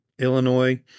Illinois